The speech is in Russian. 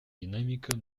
динамика